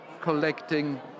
collecting